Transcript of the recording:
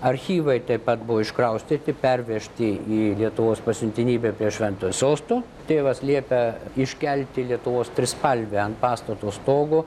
archyvai taip pat buvo iškraustyti pervežti į lietuvos pasiuntinybę prie šventojo sosto tėvas liepė iškelti lietuvos trispalvę ant pastato stogo